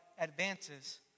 advances